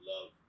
love